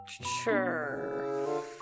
Sure